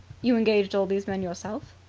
you engaged all these men yourself?